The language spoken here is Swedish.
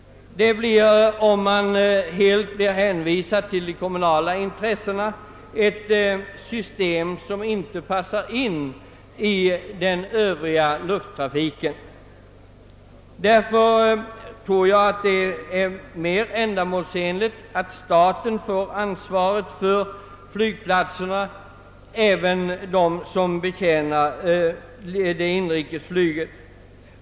Om man är helt hänvisad till de kommunala intressena för att få en flygplats, kan detta innebära att man får ett system som inte passar in i den övriga lufttrafikens behov. Jag anser därför att det är mer ändamålsenligt att staten får hela ansvaret för flygplatserna, även för sådana som betjänar inrikesflyget.